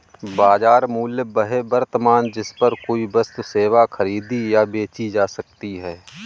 बाजार मूल्य वह वर्तमान जिस पर कोई वस्तु सेवा खरीदी या बेची जा सकती है